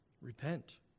repent